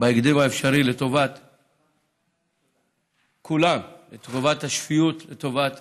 בהקדם האפשרי, לטובת כולם: לטובת השפיות, לטובת